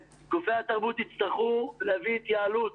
אנחנו מצפים מהם לצאת ולהציג בכל היכלי התרבות